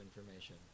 information